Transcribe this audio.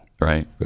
right